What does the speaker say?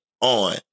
on